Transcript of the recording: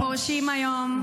-- פורשים היום.